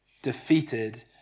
defeated